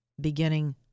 beginning